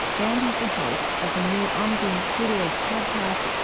and he's the host of the new on being studios podcast,